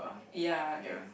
ya I guess